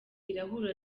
irahura